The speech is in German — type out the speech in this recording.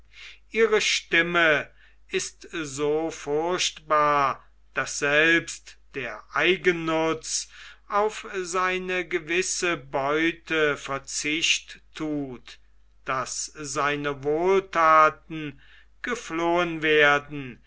ihre stimme ist so furchtbar daß selbst der eigennutz auf seine gewisse beute verzicht thut daß seine wohlthaten geflohen werden